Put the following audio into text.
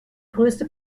größte